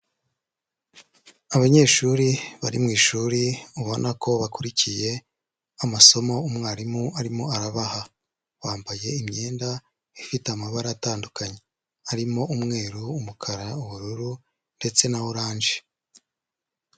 Abanyeshuri bari mu ishuri ubona ko bakurikiye amasomo umwarimu arimo arabaha, bambaye imyenda ifite amabara atandukanye arimo umweru, umukara, ubururu ndetse na oranje.